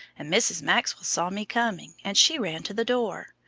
and mrs. maxwell saw me coming and she ran to the door.